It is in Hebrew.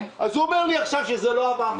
הוא אומר לי עכשיו שזה לא עבר.